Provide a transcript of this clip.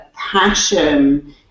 passion